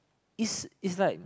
it's it's like